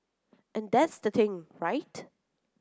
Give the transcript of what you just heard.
and that's the thing right